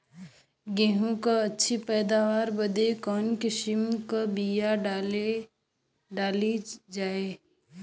गेहूँ क अच्छी पैदावार बदे कवन किसीम क बिया डाली जाये?